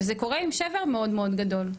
וזה קורה עם שבר מאוד מאוד גדול.